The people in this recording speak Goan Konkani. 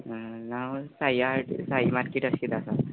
लांव साई याड साई आसा